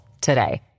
today